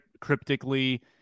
cryptically